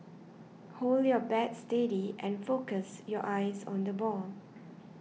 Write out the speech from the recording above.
hold your bat steady and focus your eyes on the ball